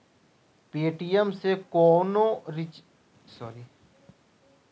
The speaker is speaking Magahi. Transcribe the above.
पे.टी.एम से कौनो चीज खरीद सकी लिय?